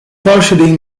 partially